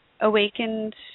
awakened